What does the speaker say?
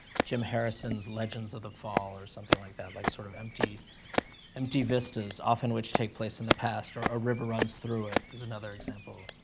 jim harrison's legends of the fall, or something like that. like, sort of empty empty vistas, often which take place in the past, or a river runs through it is another example.